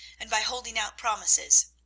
and by holding out promises.